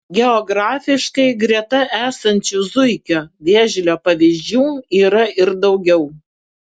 geografiškai greta esančių zuikio vėžlio pavyzdžių yra ir daugiau